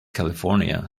california